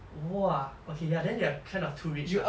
!whoa! okay ya then they are kind of too rich lah